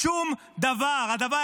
שום דבר.